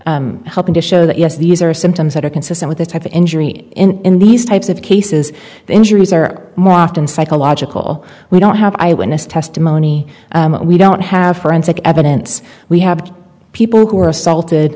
helping to show that yes these are symptoms that are consistent with the type of injury in these types of cases the injuries are more often psychological we don't have eyewitness testimony we don't have forensic evidence we have people who are assaulted